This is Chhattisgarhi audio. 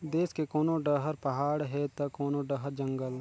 देस के कोनो डहर पहाड़ हे त कोनो डहर जंगल